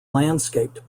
landscaped